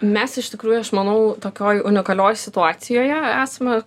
mes iš tikrųjų aš manau tokioj unikalioj situacijoje esame